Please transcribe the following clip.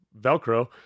Velcro